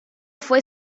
fue